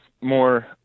more